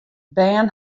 bern